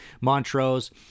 Montrose